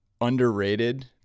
underrated